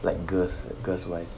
like girls girls wise